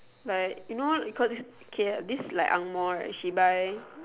like you know because this k this like this angmoh right she buy